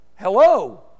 hello